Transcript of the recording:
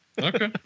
Okay